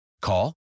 Call